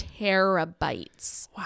terabytes